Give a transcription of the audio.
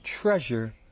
treasure